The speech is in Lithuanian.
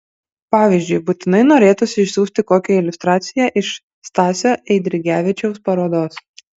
pavyzdžiui būtinai norėtųsi išsiųsti kokią iliustraciją iš stasio eidrigevičiaus parodos